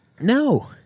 No